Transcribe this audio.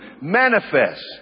manifest